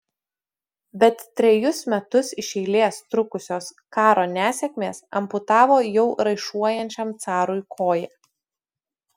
bet trejus metus iš eilės trukusios karo nesėkmės amputavo jau raišuojančiam carui koją